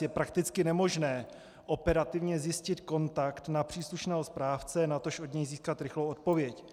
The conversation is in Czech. Je prakticky nemožné operativně zjistit kontakt na příslušného správce, natož od něj získat rychlou odpověď.